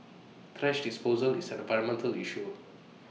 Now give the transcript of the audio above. thrash disposal is an environmental issue